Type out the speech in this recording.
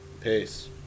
Peace